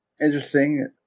interesting